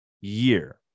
year